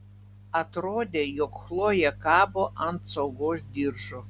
atrodė jog chlojė kabo ant saugos diržo